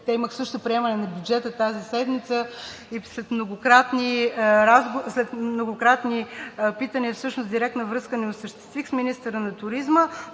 имат също приемане на бюджета тази седмица и след многократни питания, всъщност директна връзка не осъществих с министъра на туризма,